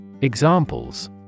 Examples